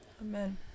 Amen